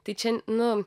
tai čia nu